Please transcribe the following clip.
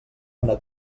una